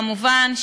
כמובן,